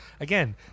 Again